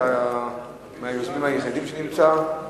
אתה היחיד מהיוזמים של הצעת חוק זו שנמצא פה,